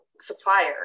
supplier